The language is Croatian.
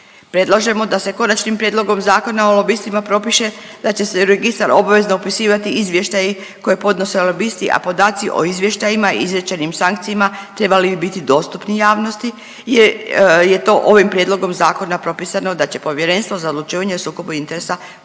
Predlažemo da se Konačnim prijedlogom Zakona o lobistima propiše da će se u registar obvezno upisivati izvještaji koje podnose lobisti, a podaci o izvještajima i izrečenim sankcijama trebali bi biti dostupni javnosti jer je to ovim prijedlogom zakona propisano da će Povjerenstvo za odlučivanje o sukobu interesa pravilnikom